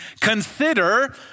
Consider